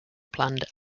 planned